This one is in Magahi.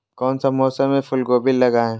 कौन सा मौसम में फूलगोभी लगाए?